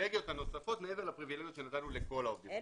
הפריבילגיות הנוספות מעבר לפריבילגיות שנתנו לכל העובדים הזרים.